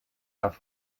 darf